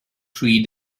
three